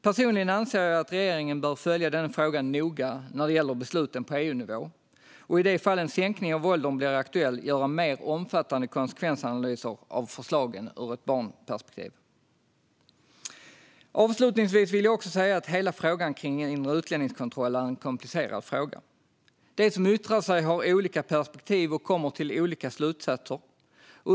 Personligen anser jag att regeringen bör följa denna fråga noga när det gäller besluten på EU-nivå och i det fall en sänkning av åldern blir aktuell göra mer omfattande konsekvensanalyser av förslagen ur ett barnperspektiv Avslutningsvis vill jag också säga att hela frågan om inre utlänningskontroll är en komplicerad fråga. De som yttrar sig har olika perspektiv och kommer till olika slutsatser.